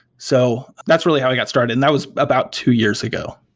so that's really how i got started and that was about two years ago.